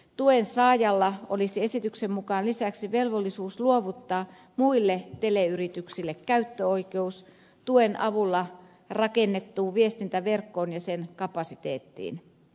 tuen saajalla olisi esityksen mukaan lisäksi velvollisuus luovuttaa muille teleyrityksille käyttöoikeus tuen avulla rakennettuun viestintäverkkoon ja sen kapasiteettiin